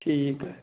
ਠੀਕ ਹੈ